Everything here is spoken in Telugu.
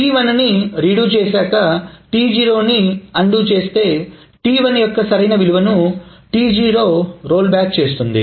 T1 ని రీడు చేశాక T0 ని అన్డు చేస్తే T1 యొక్క సరైన x విలువను T0 రోల్ బ్యాక్ చేస్తుంది